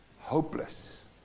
Hopeless